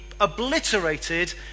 obliterated